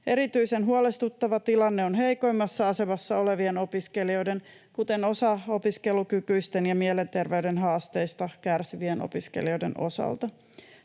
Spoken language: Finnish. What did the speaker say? Erityisen huolestuttava tilanne on heikoimmassa asemassa olevien opiskelijoiden, kuten osaopiskelukykyisten ja mielenterveyden haasteista kärsivien opiskelijoiden, osalta.